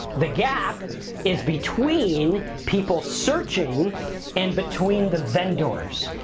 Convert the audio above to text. the gap is between people searching and between the vendors,